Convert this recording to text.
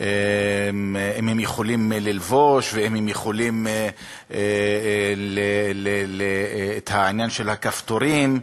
אם הם יכולים להתלבש, ואת העניין של הכפתורים,